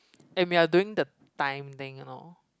and we are doing the time thing you know